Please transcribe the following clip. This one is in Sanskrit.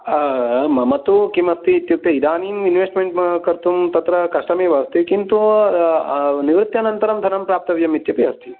मम तु किमपि इत्युक्ते इदानीं इन्वेस्ट्मेण्ट् कर्तुं तत्र कष्टमेव अस्ति किन्तु निवृत्यनन्तरं धनं प्राप्तव्यम् इत्यपि अस्ति